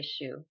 issue